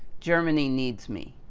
germany needs me.